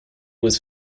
was